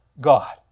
God